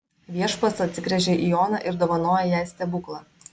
viešpats atsigręžia į oną ir dovanoja jai stebuklą